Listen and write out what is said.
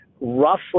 roughly